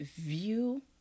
view